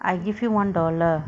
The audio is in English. I give you one dollar